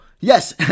Yes